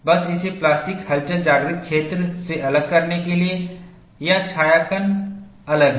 बस इसे प्लास्टिक हलचल जागृत क्षेत्र से अलग करने के लिए यहां छायांकन अलग है